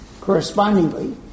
Correspondingly